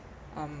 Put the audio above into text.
um